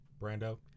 brando